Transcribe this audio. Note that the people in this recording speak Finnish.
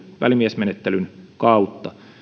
välimiesmenettelyn kautta